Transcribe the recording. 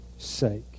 sake